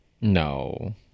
No